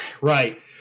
right